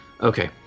Okay